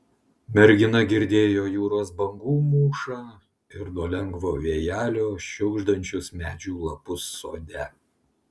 mergina girdėjo jūros bangų mūšą ir nuo lengvo vėjelio šiugždančius medžių lapus sode